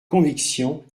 conviction